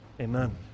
Amen